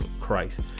Christ